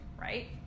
right